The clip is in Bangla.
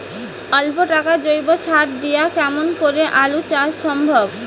অল্প টাকার জৈব সার দিয়া কেমন করি আলু চাষ সম্ভব?